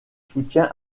soutien